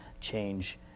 change